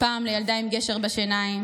פעם לילדה עם גשר בשיניים,